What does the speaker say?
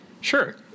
Sure